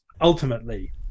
ultimately